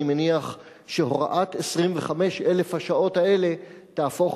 אני מניח שהוראת 25,000 השעות האלה תהפוך